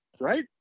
right